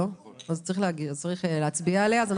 אז צריך להצביע עליה.